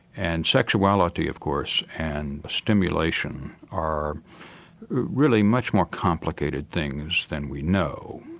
and sexuality of course and stimulation are really much more complicated things than we know.